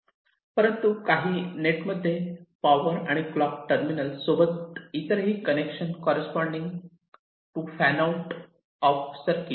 परंतु काही नेट मध्ये पावर आणि क्लॉक टर्मिनल सोबत इतरही connection corresponding to fan out of circuit